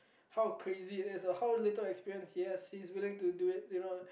how crazy it is or how little experience he has he's willing to do it you know